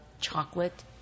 chocolate